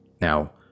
Now